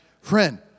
Friend